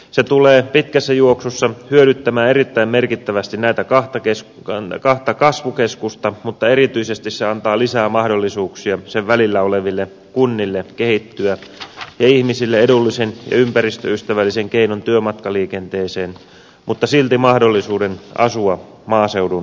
se tulee pitkässä juoksussa hyödyttämään erittäin merkittävästi näitä kahta kasvukeskusta mutta erityisesti se antaa lisää mahdollisuuksia sen välillä oleville kunnille kehittyä ja ihmisille edullisen ja ympäristöystävällisen keinon työmatkaliikenteeseen mutta silti mahdollisuuden asua maaseudun rauhassa